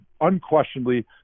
unquestionably